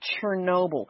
Chernobyl